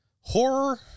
horror